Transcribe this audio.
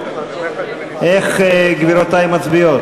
איך גבירותי מצביעות?